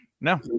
No